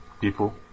people